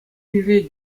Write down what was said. енре